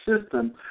system